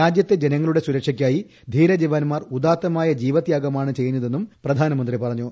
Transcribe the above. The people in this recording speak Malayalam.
രാജ്യത്തെ ജനങ്ങളുടെ സൂരക്ഷയ്ക്കായി ധീരജവാന്മാൻമാർ ഉദാത്തമായ ജീവത്യാഗമാണ് ചെയ്യുന്നതെന്നും പ്രധാനമന്ത്രി പറഞ്ഞു